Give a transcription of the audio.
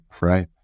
right